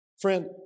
Friend